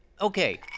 Okay